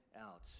out